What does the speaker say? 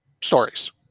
stories